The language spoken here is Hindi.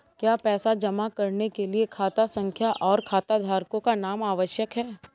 क्या पैसा जमा करने के लिए खाता संख्या और खाताधारकों का नाम आवश्यक है?